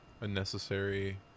Unnecessary